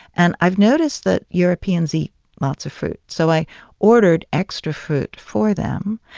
and i've noticed that europeans eat lots of fruit. so i ordered extra food for them.